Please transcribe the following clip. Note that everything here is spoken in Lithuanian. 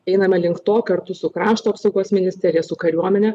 einame link to kartu su krašto apsaugos ministerija su kariuomene